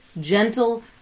Gentle